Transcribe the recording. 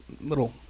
little